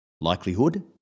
likelihood